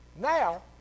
now